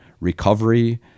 recovery